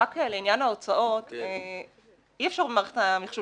רק לעניין ההוצאות אי אפשר במערכת המחשוב